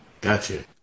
Gotcha